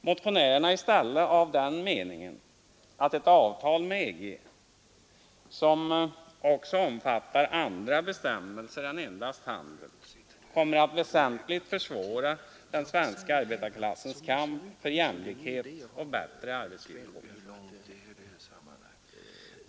Motionärerna är i stället av den meningen att ett avtal med EG som också omfattar andra bestämmelser än handel kommer att väsentligt försvåra den svenska arbetarklassens kamp för jämlikhet och bättre arbetsvillkor.